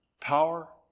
power